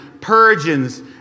Persians